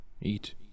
Eat